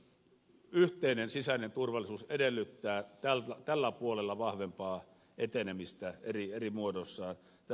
unionin yhteinen sisäinen turvallisuus edellyttää nimittäin tällä puolella vahvempaa etenemistä eri muodoissaan